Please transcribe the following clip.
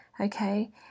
okay